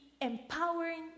empowering